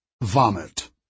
Vomit